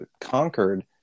conquered